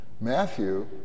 Matthew